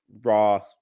raw